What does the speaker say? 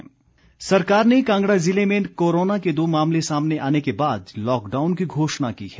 lockdown सरकार ने कांगड़ा ज़िले में कोरोना के दो मामले सामने आने के बाद लॉकडाउन की घोषणा की है